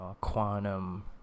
quantum